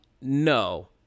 No